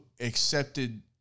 accepted